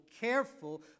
careful